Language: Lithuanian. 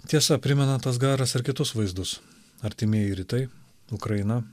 tiesa primena tas garas ir kitus vaizdus artimieji rytai ukraina